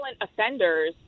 offenders